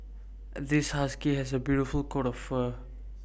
this husky has A beautiful coat of fur